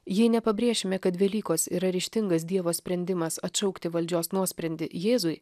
jei nepabrėšime kad velykos yra ryžtingas dievo sprendimas atšaukti valdžios nuosprendį jėzui